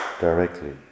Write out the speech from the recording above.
directly